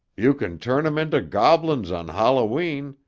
you can turn em into goblins on halloween,